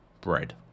Bread